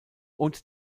und